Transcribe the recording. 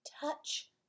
Touch